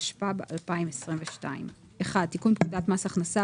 התשפ"ב 2022 1. תיקון פקודת מס הכנסה,